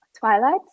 twilight